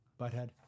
butthead